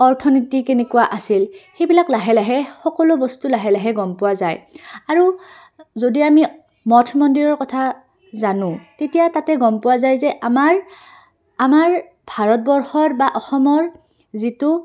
অৰ্থনীতি কেনেকুৱা আছিল সেইবিলাক লাহে লাহে সকলো বস্তু লাহে লাহে গম পোৱা যায় আৰু যদি আমি মঠ মন্দিৰৰ কথা জানো তেতিয়া তাতে গম পোৱা যায় যে আমাৰ আমাৰ ভাৰতবৰ্ষৰ বা অসমৰ যিটো